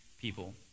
people